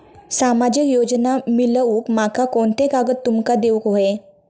सामाजिक योजना मिलवूक माका कोनते कागद तुमका देऊक व्हये?